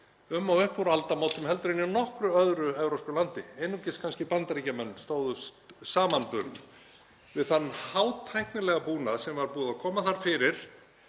um og upp úr aldamótum en í nokkru öðru Evrópulandi. Kannski einungis Bandaríkjamenn stóðust samanburð við þann hátæknilega búnað sem var búið að koma þar fyrir